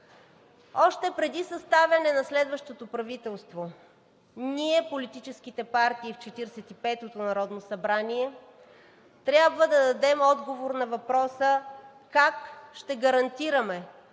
Още преди съставяне на следващото правителство ние, политическите партии в 45-ото народно събрание, трябва да дадем отговор на въпроса как ще гарантираме